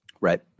right